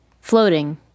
floating